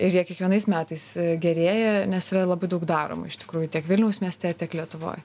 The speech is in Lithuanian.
ir jie kiekvienais metais gerėja nes yra labai daug daroma iš tikrųjų tiek vilniaus mieste tiek lietuvoj